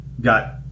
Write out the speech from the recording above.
got